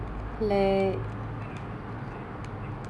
mm what what what kind of activities is inside your morning routine